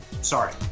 Sorry